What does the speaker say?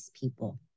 people